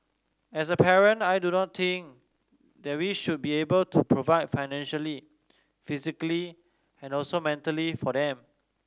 as a parent I do not think that we should be able to provide financially physically and also mentally for them